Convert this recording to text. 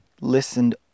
listened